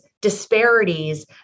disparities